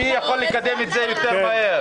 מי יכול לקדם את זה יותר מהר.